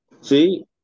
see